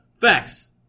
Facts